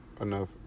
enough